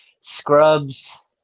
Scrubs